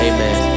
Amen